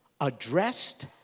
addressed